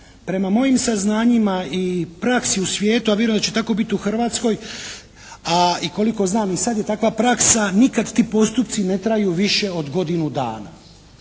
Prema mojim saznanjima i praksi u svijetu, a vjerujem da će tako biti u Hrvatskoj a koliko znam i sad je takva praksa, nikad ti postupci ne traju više od godinu dana.